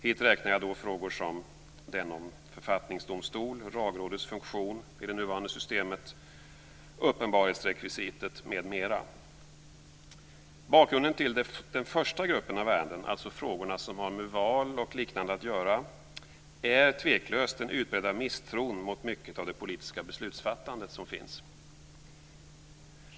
Hit räknar jag frågorna om författningsdomstol, Lagrådets funktion i det nuvarande systemet, uppenbarhetsrekvisitet m.m. frågorna som har med val att göra, är tveklöst den utbredda misstron mot mycket av det politiska beslutsfattandet.